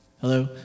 Hello